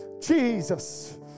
Jesus